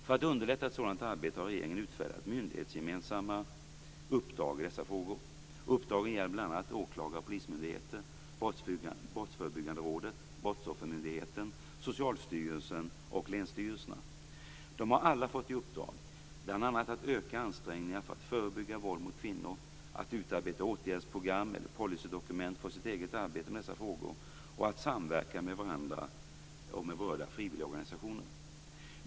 För att underlätta ett sådant arbete har regeringen utfärdat myndighetsgemensamma uppdrag i dessa frågor. Uppdragen gäller bl.a. åklagar och polismyndigheter, Brottsförebyggande rådet, Brottsoffermyndigheten, Socialstyrelsen och länsstyrelserna. De har alla fått i uppdrag bl.a. att öka ansträngningarna för att förebygga våld mot kvinnor, att utarbeta åtgärdsprogram eller policydokument för sitt eget arbete med dessa frågor och att samverka med varandra och med berörda frivilligorganisationer.